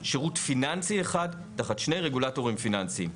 שירות פיננסי אחד תחת שני רגולטורים פיננסים,